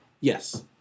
Yes